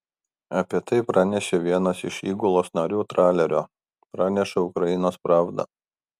apie tai pranešė vienas iš įgulos narių tralerio praneša ukrainos pravda